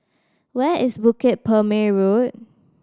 where is Bukit Purmei Road